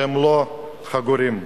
שהם לא היו חגורים.